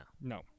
No